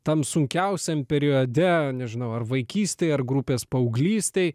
tam sunkiausiam periode nežinau ar vaikystėj ar grupės paauglystėj